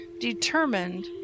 determined